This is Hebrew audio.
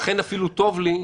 לכן אפילו טוב לי,